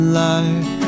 life